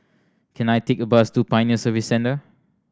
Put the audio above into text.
can I take a bus to Pioneer Service Centre